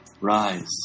Rise